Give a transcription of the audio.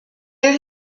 there